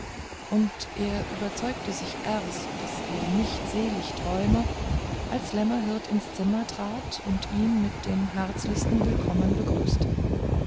und er überzeugte sich erst daß er nicht selig träume als lämmerhirt ins zimmer trat und ihn mit dem herzlichsten willkommen begrüßte